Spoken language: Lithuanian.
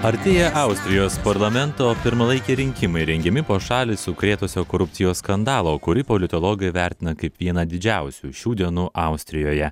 artėja austrijos parlamento pirmalaikiai rinkimai rengiami po šalį sukrėtusio korupcijos skandalo kurį politologai vertina kaip vieną didžiausių šių dienų austrijoje